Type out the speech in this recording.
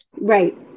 Right